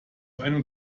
einem